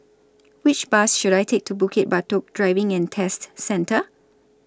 Which Bus should I Take to Bukit Batok Driving and Test Centre